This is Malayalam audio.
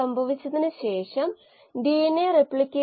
ആവശ്യാനുസരണം നമ്മൾ ഈ മോഡൽ ഉപയോഗിക്കും